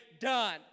done